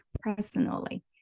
personally